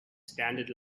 standard